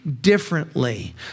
differently